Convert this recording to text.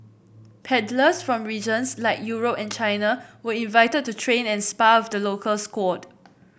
paddlers from regions like Europe and China were invited to train and spar with the local squad